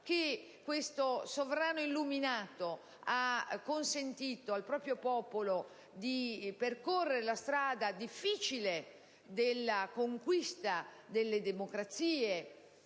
'60. Questo sovrano illuminato ha consentito al proprio popolo di percorrere la strada difficile della conquista della democrazia